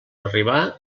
arribar